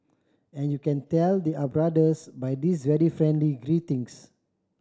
and you can tell they are brothers by this very friendly greetings